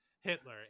Hitler